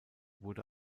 wurde